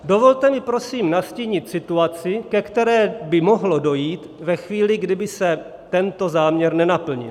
Dovolte mi prosím nastínit situaci, ke které by mohlo dojít ve chvíli, kdy by se tento záměr nenaplnil.